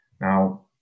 Now